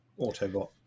Autobot